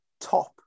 top